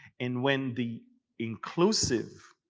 and when the inclusive,